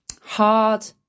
hard